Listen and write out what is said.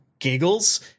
giggles